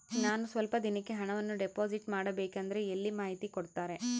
ನಾನು ಸ್ವಲ್ಪ ದಿನಕ್ಕೆ ಹಣವನ್ನು ಡಿಪಾಸಿಟ್ ಮಾಡಬೇಕಂದ್ರೆ ಎಲ್ಲಿ ಮಾಹಿತಿ ಕೊಡ್ತಾರೆ?